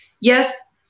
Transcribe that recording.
Yes